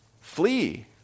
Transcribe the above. Flee